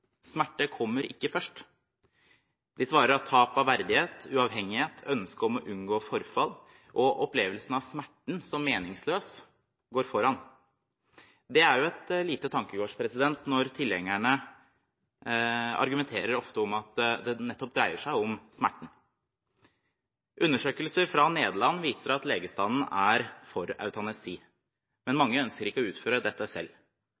Smerte kommer ikke først. De svarer at tap av verdighet, uavhengighet, ønske om å unngå forfall og opplevelsen av smerten som meningsløs går foran. Det er jo et lite tankekors når tilhengerne ofte argumenterer med at det nettopp dreier seg om smerten. Undersøkelser fra Nederland viser at legestanden er for eutanasi, men mange ønsker ikke å utføre dette selv.